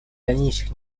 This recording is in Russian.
дальнейших